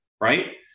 right